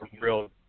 real